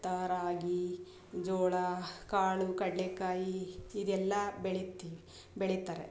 ರಾಗಿ ಜೋಳ ಕಾಳು ಕಡಲೆಕಾಯಿ ಇದೆಲ್ಲ ಬೆಳಿತೀವಿ ಬೆಳೀತಾರೆ